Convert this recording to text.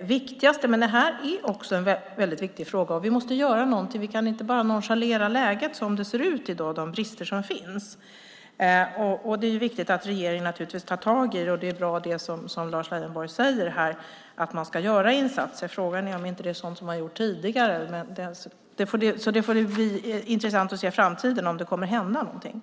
viktigaste, men det här är också en väldigt viktig fråga, och vi måste göra någonting. Vi kan inte bara nonchalera läget som det ser ut i dag och de brister som finns. Det är viktigt att regeringen tar tag i det, och det är bra, det som Lars Leijonborg säger här, nämligen att man ska göra insatser. Frågan är om inte det är sådant som man har gjort tidigare. Det blir intressant att se i framtiden om det kommer att hända någonting.